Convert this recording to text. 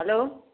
hello